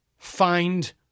Find